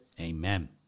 amen